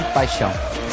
paixão